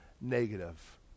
negative